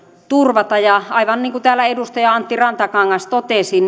turvata ja aivan niin kuin täällä edustaja antti rantakangas totesi